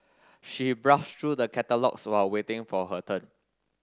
she browsed through the catalogues while waiting for her turn